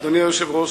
אדוני היושב-ראש,